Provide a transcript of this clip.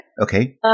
Okay